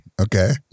Okay